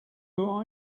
who